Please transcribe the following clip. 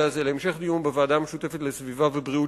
הזה להמשך דיון בוועדה המשותפת לסביבה ובריאות,